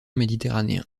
méditerranéen